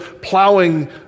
plowing